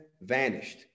vanished